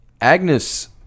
Agnes